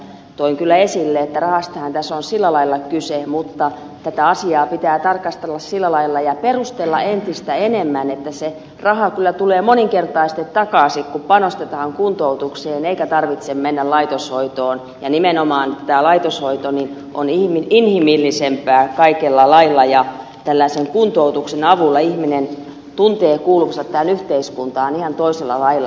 toin kyllä esille että rahastahan tässä on sillä lailla kyse mutta tätä asiaa pitää tarkastella sillä lailla ja perustella entistä enemmän että se raha kyllä tulee moninkertaisesti takaisin kun panostetaan kuntoutukseen eikä tarvitse mennä laitoshoitoon ja nimenomaan tämä laitoshoito on inhimillisempää kaikella lailla ja tällaisen kuntoutuksen avulla ihminen tuntee kuuluvansa tähän yhteiskuntaan ihan toisella lailla